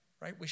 right